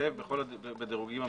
ייכתב בכל הדירוגים המקצועיים.